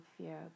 fear